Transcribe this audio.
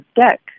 deck